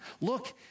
Look